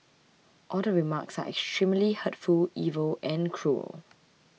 all the remarks are extremely hurtful evil and cruel